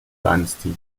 dynasty